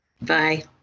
Bye